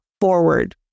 forward